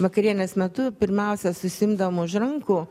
vakarienės metu pirmiausia susiimdavom už rankų